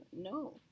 No